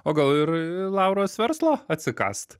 o gal ir lauros verslo atsikąst